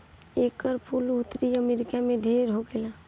एकर फूल उत्तरी अमेरिका में ढेर होखेला